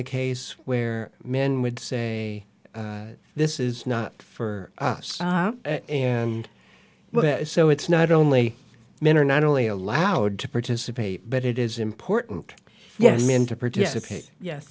the case where men would say this is not for us and well so it's not only men are not only allowed to participate but it is important yes men to participate yes